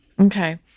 okay